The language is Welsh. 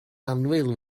annwyl